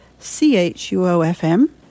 chuo.fm